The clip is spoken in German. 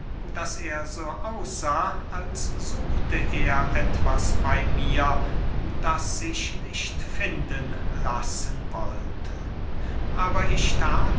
daß er so aussah als suchte er etwas bey mir das sich nicht finden lassen wollte aber ich that